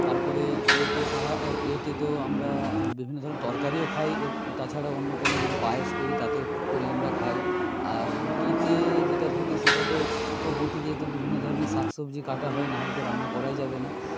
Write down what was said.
তারপরে প্লেটে প্লেটে তো আমরা বিভিন্ন ধরনের তরকারিও খাই তাছাড়া অন্য কোন যদি পায়েস করি তাতেও করে আমরা খাই আর বঁটিতে যেটা থাকে সেটা তো বঁটি দিয়ে তো বিভিন্ন ধরনের শাকসবজি কাটা হয় নাহলে তো রান্না করাই যাবে না